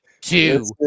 Two